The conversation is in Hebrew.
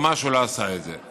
ממש לא עשה את זה.